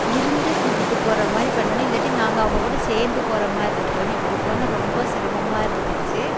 இருந்து கூட்டிட்டு போகிற மாதிரி பண்ணணும் இல்லாட்டி நாங்கள் அவங்கக்கூட சேர்ந்து போகிற மாதிரி இருக்கணும் இப்படி போனால் ரொம்ப சிரமமாக இருந்துச்சு